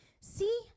See